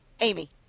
Amy